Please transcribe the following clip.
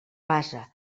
base